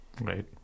Right